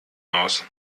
aus